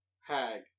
hag